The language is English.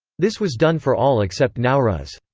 this was done for all except nowruz.